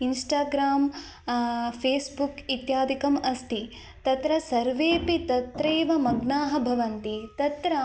Instagram Facebook इत्यादिकम् अस्ति तत्र सर्वेऽपि तत्रैव मग्नाः भवन्ति तत्र